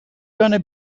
gonna